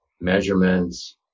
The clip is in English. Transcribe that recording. measurements